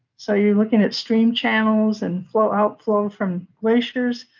so you're looking at stream channels and flow, outflow from glaciers.